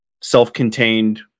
self-contained